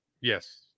Yes